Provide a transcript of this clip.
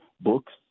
books